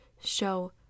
show